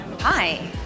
Hi